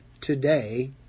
today